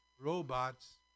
robots